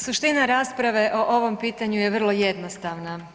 Suština rasprave o ovom pitanju je vrlo jednostavna.